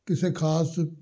ਕਿਸੇ ਖ਼ਾਸ